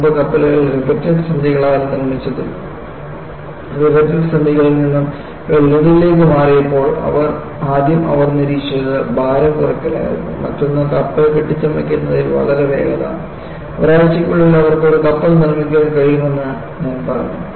മുമ്പ് കപ്പലുകൾ റിവേറ്റഡ് സന്ധികളാൽ നിർമ്മിച്ചതും റിവേറ്റഡ് സന്ധികളിൽ നിന്നും വെൽഡിംഗിലേക്ക് മാറ്റിയപ്പോൾ ആദ്യം അവർ നിരീക്ഷിച്ചത് ഭാരം കുറയ്ക്കലായിരുന്നു മറ്റൊന്ന് കപ്പൽ കെട്ടിച്ചമയ്ക്കുന്നതിൽ വളരെ വേഗത ഒരാഴ്ചയ്ക്കുള്ളിൽ അവർക്ക് ഒരു കപ്പൽ നിർമ്മിക്കാൻ കഴിയുമെന്ന് ഞാൻ പറഞ്ഞു